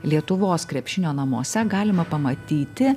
lietuvos krepšinio namuose galima pamatyti